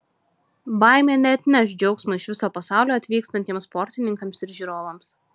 baimė neatneš džiaugsmo iš viso pasaulio atvykstantiems sportininkams ir žiūrovams